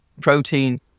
protein